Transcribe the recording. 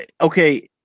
Okay